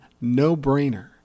no-brainer